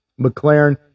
McLaren